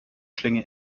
schlinge